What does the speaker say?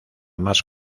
más